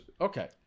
Okay